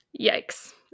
yikes